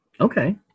Okay